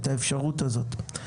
את האפשרות הזאת.